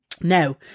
Now